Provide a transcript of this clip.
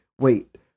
wait